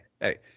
hey